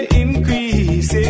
increase